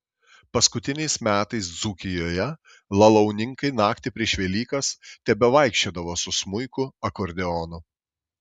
paskutiniais metais dzūkijoje lalauninkai naktį prieš velykas tebevaikščiodavo su smuiku akordeonu